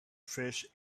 fish